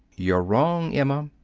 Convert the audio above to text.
you're wrong, emma.